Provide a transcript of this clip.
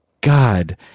God